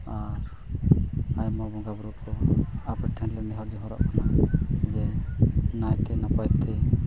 ᱟᱨ ᱟᱭᱢᱟ ᱵᱚᱸᱜᱟᱼᱵᱩᱨᱩ ᱠᱚ ᱟᱯᱮ ᱴᱷᱮᱱᱞᱮ ᱱᱮᱦᱚᱨ ᱡᱚᱦᱟᱨᱚᱜ ᱠᱟᱱᱟ ᱡᱮ ᱱᱟᱭᱛᱮ ᱱᱟᱯᱟᱭᱛᱮ